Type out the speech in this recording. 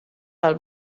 del